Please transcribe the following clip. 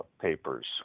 papers